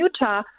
Utah